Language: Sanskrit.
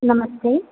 नमस्ते